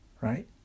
right